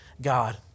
God